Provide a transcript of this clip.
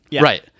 Right